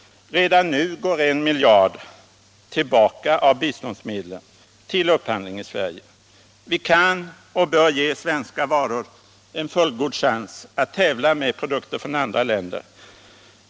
Redan nu går en miljard tillbaka av biståndsmedlen till upphandling av varor i Sverige. Vi kan och bör ge svenska varor en fullgod chans att tävla med produkter från andra länder.